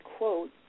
quote